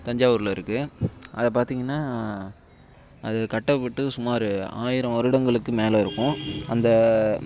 தஞ்சாவூரில் இருக்கு அதை பார்த்தீங்கன்னா அது கட்டப்பட்டு சுமார் ஆயிரம் வருடங்களுக்கு மேலே இருக்கும் அந்த